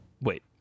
wait